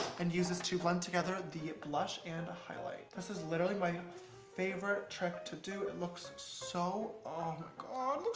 and use this to blend together the blush and highlight. this is literally my favorite trick to do. it looks so oh my god,